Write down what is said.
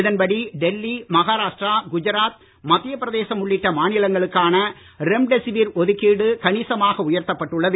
இதன்படி டெல்லி மகராஷ்டிரா குஜராத் மத்திய பிரதேசம் உள்ளிட்ட மாநிலங்களுக்கான ரெம்டெசிவிர் ஒதுக்கீடு கணிசமாக உயர்த்தப்பட்டுள்ளது